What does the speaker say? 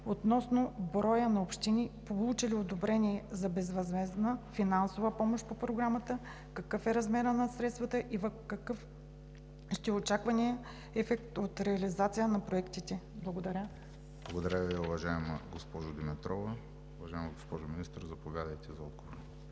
относно броя на общини, получили одобрение за безвъзмездна финансова помощ по Програмата, какъв е размерът на средствата и какъв ще е очакваният ефект от реализацията на проектите? Благодаря. ПРЕДСЕДАТЕЛ ВЕСЕЛИН МАРЕШКИ: Благодаря Ви, уважаема госпожо Димитрова. Уважаема госпожо Министър, заповядайте за отговор.